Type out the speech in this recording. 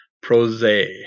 Prose